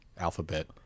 Alphabet